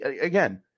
again